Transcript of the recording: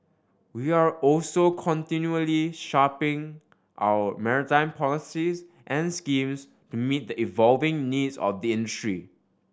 we are also continually sharpening our maritime policies and schemes to meet the evolving needs of the industry